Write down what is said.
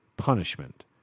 punishment